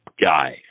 guy